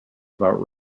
about